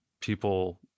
people